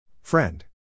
Friend